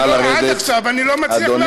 עד עכשיו אני לא מצליח להבין.